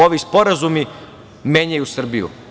Ovi sporazumi menjaju Srbiju.